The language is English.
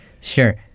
Sure